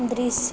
दृश्य